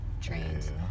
trains